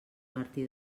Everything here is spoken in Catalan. martí